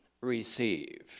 received